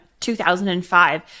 2005